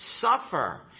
suffer